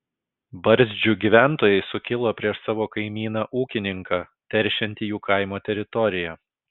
barzdžių gyventojai sukilo prieš savo kaimyną ūkininką teršiantį jų kaimo teritoriją